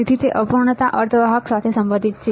તેથી તે અપૂર્ણતા અર્ધવાહક સાથે સંબંધિત છે